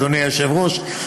אדוני היושב-ראש,